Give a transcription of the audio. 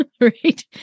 Right